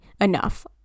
enough